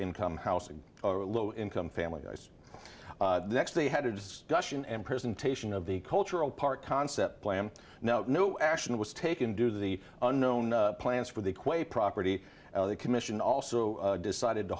income housing or a low income family the next they had a discussion and presentation of the cultural part concept plan now no action was taken do the unknown plans for the quake property commission also decided to